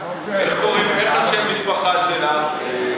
איך שם המשפחה שלה?